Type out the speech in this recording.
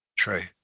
True